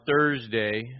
Thursday